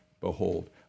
behold